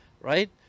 right